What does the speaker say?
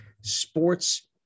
sports